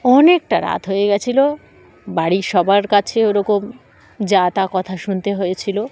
অনেকটা রাত হয়ে গিয়েছিল বাড়ির সবার কাছে ওরকম যা তা কথা শুনতে হয়েছিল